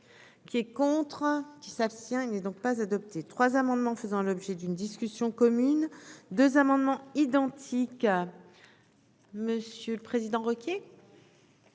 qui est contre qui s'abstient n'est donc pas adoptée. 3 amendements faisant l'objet d'une discussion commune 2 amendements identiques, monsieur le Président, Ruquier.